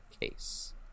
case